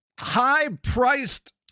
High-priced